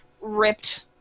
ripped